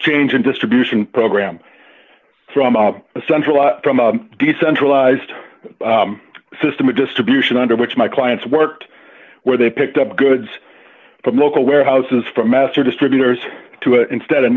change and distribution program from a central from a decentralized system of distribution under which my clients worked where they picked up goods from local warehouses from master distributors to a instead